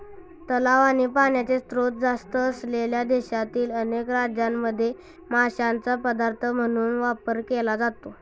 तलाव आणि पाण्याचे स्त्रोत जास्त असलेल्या देशातील अनेक राज्यांमध्ये माशांचा पदार्थ म्हणून वापर केला जातो